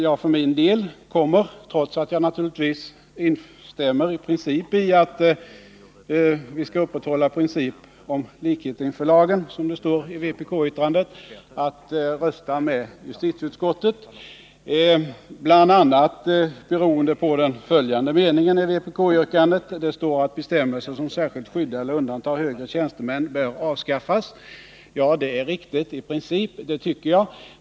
Jag för min del kommer — trots att jag naturligtvis i och för sig instämmer i att vi skall upprätthålla principen om likhet inför lagen, som det står i vpk:s yrkande — att rösta med justitieutskottet, bl.a. beroende på den mening i vpk-yrkandet där det står att bestämmelser som särskilt skyddar eller undantar högre tjänstemän bör avskaffas. Ja, det är riktigt i princip, det tycker jag.